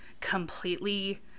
completely